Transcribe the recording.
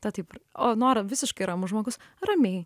ta taip o nora visiškai ramus žmogus ramiai